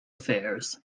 affairs